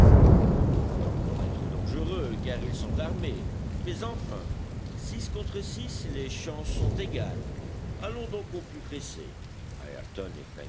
ils peuvent encore être dangereux car ils sont armés mais enfin six contre six les chances sont égales allons donc au plus pressé